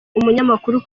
umunyamakuru